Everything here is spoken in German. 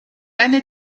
eine